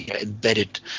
embedded